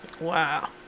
Wow